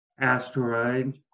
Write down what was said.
asteroid